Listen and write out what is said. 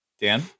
Dan